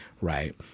Right